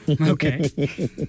Okay